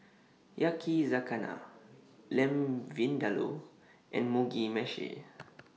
Yakizakana Lamb Vindaloo and Mugi Meshi